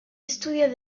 estudia